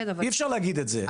אי אפשר להגיד את זה.